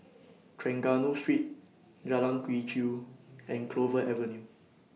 Trengganu Street Jalan Quee Chew and Clover Avenue